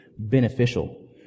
beneficial